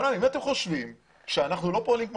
אם אתם חושבים שאנחנו לא פועלים כמו